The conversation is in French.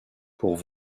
pour